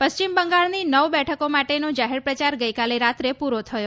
પશ્ચિમ બંગાળની નવ બેઠકો માટેનો જાહેર પ્રચાર ગઇકાલે રાતે પ્રરો થયો